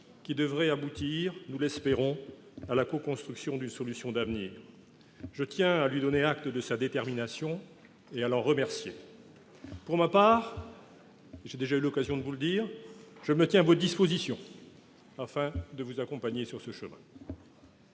qui devraient aboutir- nous l'espérons ! -à la coconstruction d'une solution d'avenir. Je tiens à lui donner acte de sa détermination et à l'en remercier. Pour ma part, comme j'ai déjà eu l'occasion de vous le dire, je me tiens à votre disposition pour vous accompagner sur ce chemin.